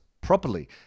properly